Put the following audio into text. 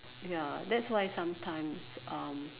ya that's why sometimes um